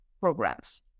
programs